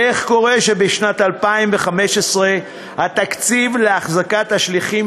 ואיך קורה שבשנת 2015 התקציב להחזקת השליחים